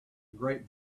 great